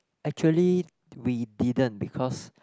actually we didn't because